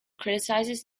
criticizes